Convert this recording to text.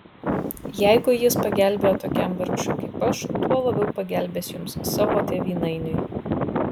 jeigu jis pagelbėjo tokiam vargšui kaip aš tuo labiau pagelbės jums savo tėvynainiui